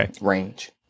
range